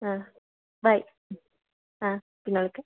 ആ ബൈ ആ പിന്നെ വിളിക്കാം